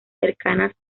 cercanas